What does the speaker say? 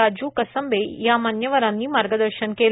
राजू कसंबे या मान्यवरांनी मार्गदर्शन केलं